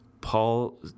Paul